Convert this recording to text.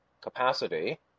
capacity